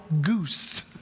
goose